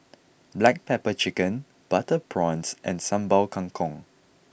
Black Pepper Chicken Butter Prawns and Sambal Kangkong